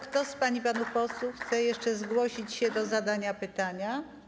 Kto z pań i panów posłów chce jeszcze zgłosić się do zadania pytania?